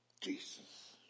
Jesus